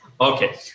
Okay